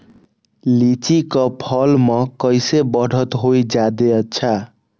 लिचि क फल म कईसे बढ़त होई जादे अच्छा?